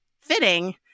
fitting